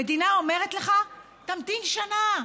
המדינה אומרת לך: תמתין שנה.